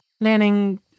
learning